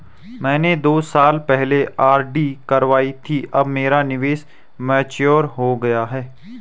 मैंने दो साल पहले आर.डी करवाई थी अब मेरा निवेश मैच्योर हो गया है